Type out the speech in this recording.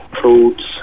fruits